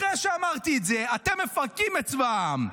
אחרי שאמרתי את זה, אתם מפרקים את צבא העם,